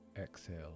exhale